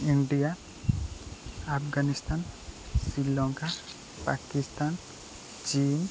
India Afghanistan Sri Lanka Pakistan Chin